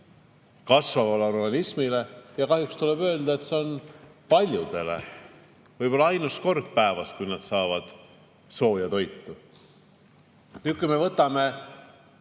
kasvavale organismile. Kahjuks tuleb öelda, et see on paljudele võib-olla ainus kord päevas, kui nad saavad sooja toitu. Kui me võtame